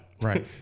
Right